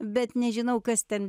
bet nežinau kas ten